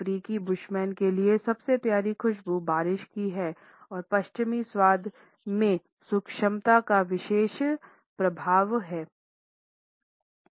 अफ्रीकी बुशमैन के लिए सबसे प्यारी खुशबू बारिश की है और पश्चिमी स्वाद में सूक्ष्मता का विशेष अभाव है